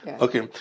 Okay